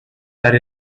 that